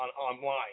online